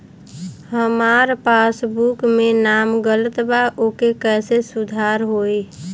हमार पासबुक मे नाम गलत बा ओके कैसे सुधार होई?